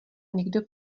někdo